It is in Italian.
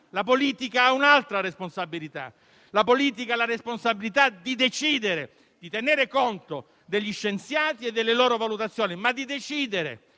La politica ha un'altra responsabilità. La politica ha la responsabilità di decidere, di tenere conto degli scienziati e delle loro valutazioni, ma di decidere.